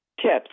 tips